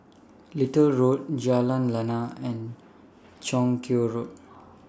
Little Road Jalan Lana and Chong Kuo Road